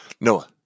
Noah